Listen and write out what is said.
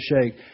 shake